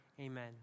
Amen